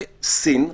בסין,